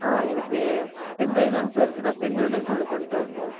ஆ எனக்கு பென் டிரைவ்தாங்க சார் இருக்குது நான் பென் டிரைவ் தான் சார் ஒன்று கொண்டுட்டு வரணும்